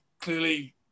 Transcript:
clearly